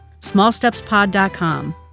smallstepspod.com